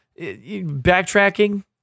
Backtracking